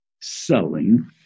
selling